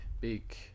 big